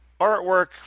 artwork